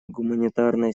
гуманитарная